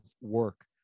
work